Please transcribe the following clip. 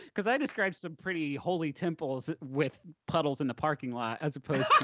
cause i described some pretty holy temples with puddles in the parking lot as opposed